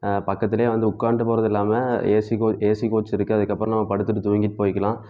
பக்கத்துல வந்து உக்காந்ட்டு போகறது இல்லாமல் ஏசி கோ ஏசி கோச் இருக்கு அதற்கப்பறம் நம்ம படுத்துகிட்டு தூங்கிகிட்டு போயிக்கலாம்